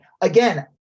again